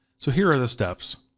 so here are the steps.